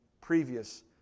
previous